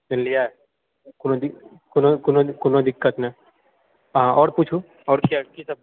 बुझलिऐ कोनो दिक कोनो कोनो कोनो दिक्कत नहि अहाँ आओर पूछु आओर की की सभ